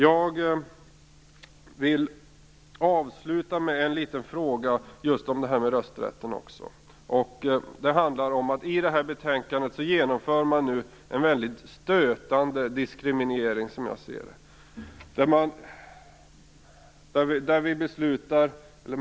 Jag vill avsluta med en liten fråga om just rösträtten. Den handlar om att man med det här betänkandet vill genomföra en mycket stötande diskriminering, som jag ser det.